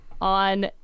on